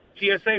TSA